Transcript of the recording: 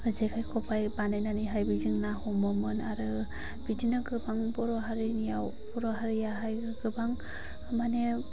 जेखाय खबाय बानायनानैहाय बेजों ना हमोमोन आरो बिदिनो गोबां बर' हारिनियाव बर' हारियाहाय गोबां माने